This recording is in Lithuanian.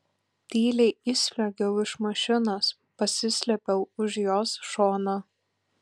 tyliai išsliuogiau iš mašinos pasislėpiau už jos šono